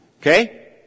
Okay